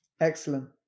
Excellent